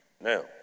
Now